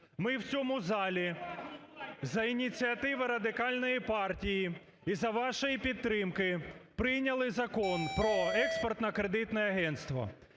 Ми в цьому залі за ініціативи Радикальної партії і за вашої підтримки прийняли Закон про Експортно-кредитне агентство.